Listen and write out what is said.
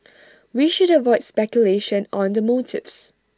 we should avoid speculation on the motives